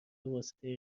واسطه